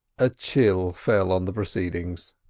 a chill fell on the proceedings.